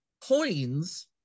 coins